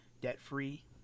Debt-free